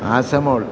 ആശ മോൾ